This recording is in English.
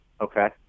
okay